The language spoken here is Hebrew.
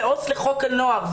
כעו"ס לחוק הנוער,